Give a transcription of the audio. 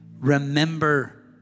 Remember